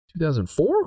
2004